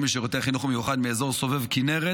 לשירותי חינוך מיוחד מאזור סובב כינרת